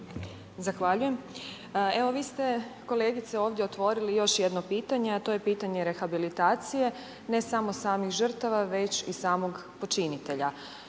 Zahvaljujem. Evo vi ste kolegice ovdje otvorili još jedno pitanje, a to je pitanje rehabilitacije ne samo samih žrtava već i samog počinitelja,